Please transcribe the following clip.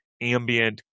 ambient